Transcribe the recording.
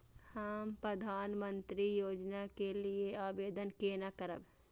हम प्रधानमंत्री योजना के लिये आवेदन केना करब?